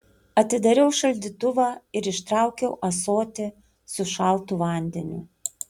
atidariau šaldytuvą ir ištraukiau ąsotį su šaltu vandeniu